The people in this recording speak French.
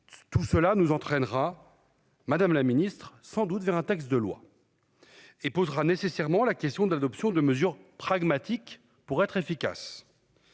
Tout cela nous entraînera Madame la Ministre sans doute vers un texte de loi. Et posera nécessairement la question de l'adoption de mesures pragmatiques pour être efficace.